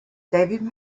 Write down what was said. david